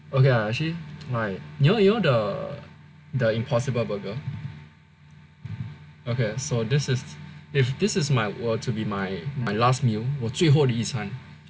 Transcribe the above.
okay lah actually like you know the the impossible burger okay so if this is my were to be my my last meal 我最后一餐